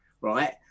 Right